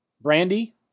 Brandy